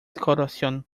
corrosión